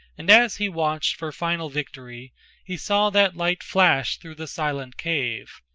and as he watched for final victory he saw that light flash through the silent cave,